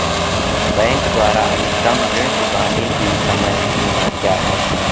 Bank द्वारा अधिकतम ऋण चुकाने की समय सीमा क्या है?